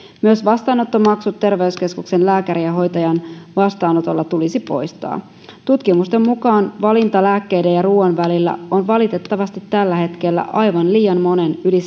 myös vastaanottomaksut terveyskeskuksen lääkärin ja hoitajan vastaanotolla tulisi poistaa tutkimusten mukaan valinta lääkkeiden ja ruuan välillä on valitettavasti tällä hetkellä aivan liian monen yli